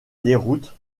déroute